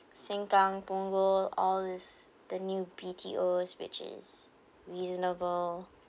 sengkang punggol all is the new B_T_Os which is reasonable